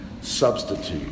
substitute